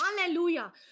hallelujah